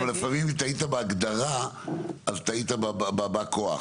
אבל לפעמים אם טעית בהגדרה אז טעית בבא הכוח.